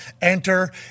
enter